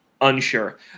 Unsure